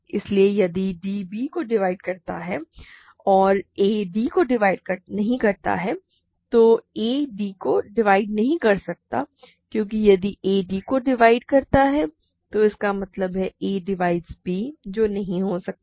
इसलिए यदि d b को डिवाइड करता है और a b को डिवाइड नहीं करता है तो a d को डिवाइड नहीं कर सकता है क्योंकि यदि a d को डिवाइड करता है तो इसका मतलब है a डिवाइड्स b जो नहीं हो सकता है